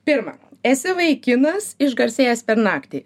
pirma esi vaikinas išgarsėjęs per naktį